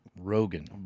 Rogan